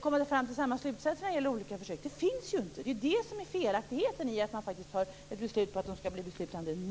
komma fram till samma slutsatser om försök finns inte. Det är det som är det felaktiga i att fatta beslut om att nämnderna skall bli beslutsfattande nu.